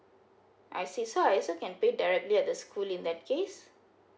I see so I also can pay directly at the school in that case